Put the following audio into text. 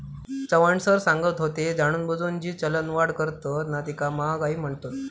Chavan sir सांगत होते, जाणूनबुजून जी चलनवाढ करतत ना तीका महागाई म्हणतत